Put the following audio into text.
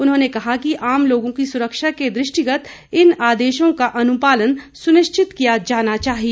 उन्होंने कहा कि आम लोगों की सुरक्षा के दृष्टिगत इन आदेशों का अनुपालन सुनिश्चित किया जाना चाहिए